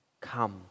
come